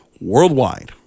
worldwide